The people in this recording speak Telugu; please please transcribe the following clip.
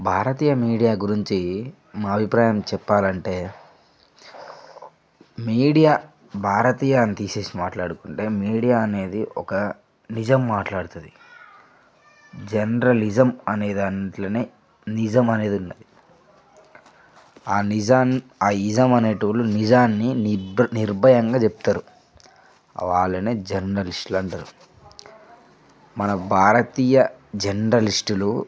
భారతీయ మీడియా గురించి మా అభిప్రాయం చెప్పాలంటే మీడియా భారతీయ అని తీసేసి మాట్లాడుకుంటే మీడియా అనేది ఒక నిజం మాట్లాడుతుంది జర్నలిజం అనే దాంట్లోనే నిజం అనేది ఉన్నది ఆ నిజం ఆ ఇజం అనేటోళ్లు నిజాన్ని నిర్భ నిర్భయంగా చెప్తారు వాళ్ళని జర్నలిస్ట్లు అంటారు మన భారతీయ జర్నలిస్టులు